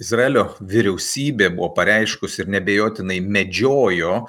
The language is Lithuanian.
izraelio vyriausybė buvo pareiškusi neabejotinai medžiojo